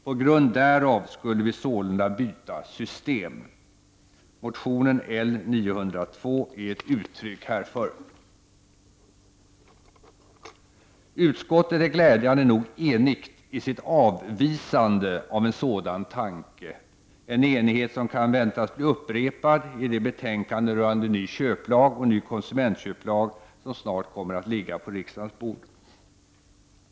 På grund därav skulle vi sålunda byta system. Motionen L902 är ett uttryck härför. Utskottet är glädjande nog enigt i sitt avvisande av en sådan tanke, en enighet som kan väntas bli upprepad i det betänkande rörande ny köplag och ny konsumentköplag som snart kommer att ligga på riksdagens bord.